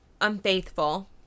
unfaithful